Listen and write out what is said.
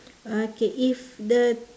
okay if the